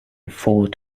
fought